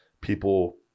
people